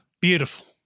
beautiful